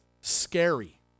scary